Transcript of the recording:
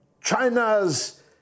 China's